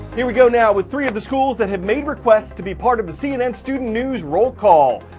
here we go now with three of the schools that have made request to be part of the cnn student news roll call.